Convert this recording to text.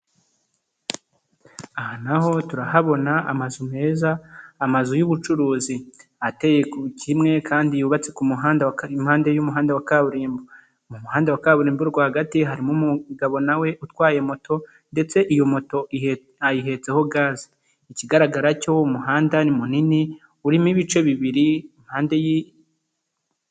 Aha naho turahabona amazu meza amazu y'ubucuruzi ateye kimwe kandi yubatse ku mu muhanda wa impande y'umuhanda wa kaburimbo mu muhanda wa kaburimbo rwagati harimo umugabo nawe utwaye moto ndetse iyo moto ayihetseho gaze ikigaragara cyo umuhanda ni munini urimo ibice bibiri impande y'i.